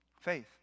faith